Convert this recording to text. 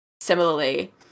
similarly